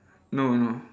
no no